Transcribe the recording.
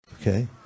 Okay